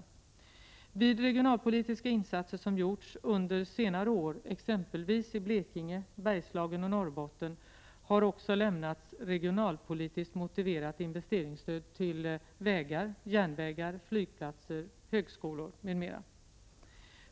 I samband med regionalpolitiska insatser som gjorts under senare år exempelvis i Blekinge, Bergslagen och Norrbotten har det också lämnats regionalpolitiskt motiverat investeringsstöd till vägar, järnvägar, flygplatser, högskolor m.m.